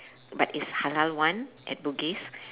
but is halal [one] at bugis